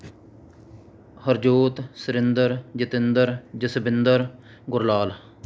Harjot Surinder Jatinder Jaswinder Gurlal